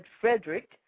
Frederick